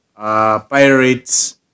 pirates